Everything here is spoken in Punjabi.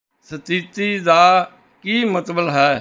ਸਥਿਤੀ ਦਾ ਕੀ ਮਤਲਬ ਹੈ